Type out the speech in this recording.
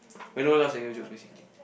when no one laughs at your joke basically